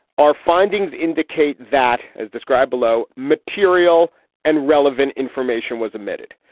our findings indicate that as described below, material and relevant information was admitted.